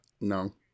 No